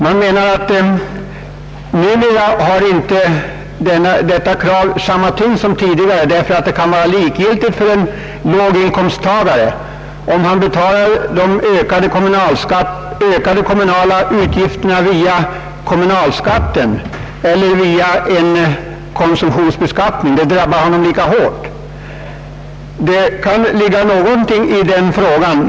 Man menar att det här kravet numera inte har samma tyngd som tidigare därför att det kan vara likgiltigt för en låginkomsttagare om han betalar de ökade kommunala utgifterna via kommunalskatten eller via en konsumtionsbeskattning. Det drabbar honom lika hårt i båda fallen. Det kan ligga någonting i det resonemanget.